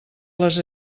les